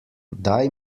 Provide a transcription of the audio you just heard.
daj